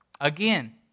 again